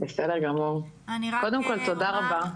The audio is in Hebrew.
תודה רבה.